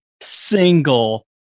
single